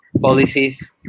policies